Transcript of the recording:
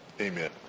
Amen